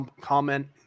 comment